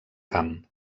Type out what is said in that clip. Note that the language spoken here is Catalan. camp